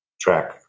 track